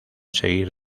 seguir